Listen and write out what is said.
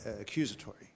accusatory